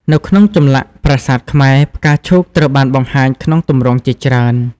នៅក្នុងចម្លាក់ប្រាសាទខ្មែរ ផ្កាឈូកត្រូវបានបង្ហាញក្នុងទម្រង់ជាច្រើន។